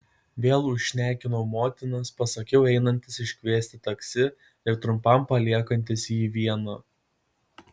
vėl užšnekinau motinas pasakiau einantis iškviesti taksi ir trumpam paliekantis jį vieną